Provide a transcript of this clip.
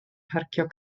parcio